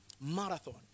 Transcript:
marathon